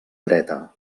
dreta